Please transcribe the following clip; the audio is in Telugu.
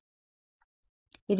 విద్యార్థి గరిష్ట మార్పు